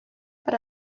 per